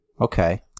okay